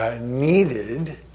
needed